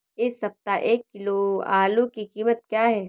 इस सप्ताह एक किलो आलू की कीमत क्या है?